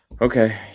okay